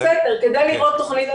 כדאי לראות תוכנית.